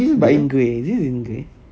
in grey is this in grey